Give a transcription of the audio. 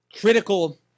critical